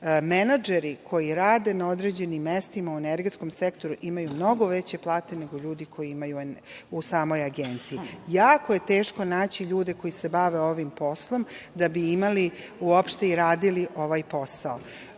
menadžeri koji rade na određenim mestima u energetskom sektoru imaju mnogo veće plate nego ljudi u samoj Agenciji. Jako je teško naći ljude koji se bave ovim poslom, da bi imali uopšte i radili ovaj posao. Zbog